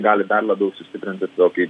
gali dar labiau sustiprinti tokį